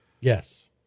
Yes